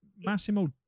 Massimo